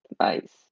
Nice